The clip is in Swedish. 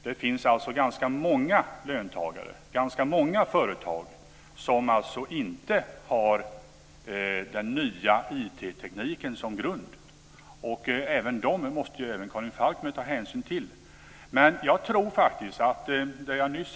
Det finns ganska många löntagare och företag som inte har den nya IT tekniken som grund. Även dessa måste också Karin Falkmer ta hänsyn till.